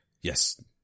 Yes